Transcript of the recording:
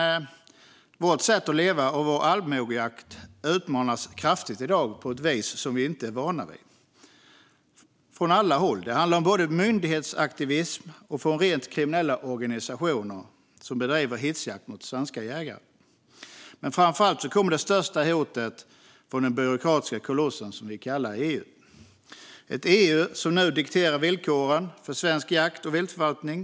Jägarnas sätt att leva och allmogejakten utmanas kraftigt i dag på ett vis som man inte är van vid. Det kommer från alla håll och handlar om såväl myndighetsaktivism som rent kriminella organisationer som bedriver hetsjakt mot svenska jägare, men det största hotet kommer från den byråkratiska koloss som vi kallar EU. EU dikterar villkoren för svensk jakt och viltförvaltning.